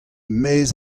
maez